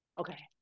Okay